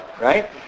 right